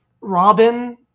Robin